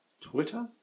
Twitter